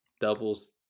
doubles